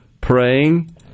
praying